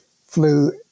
flew